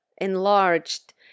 enlarged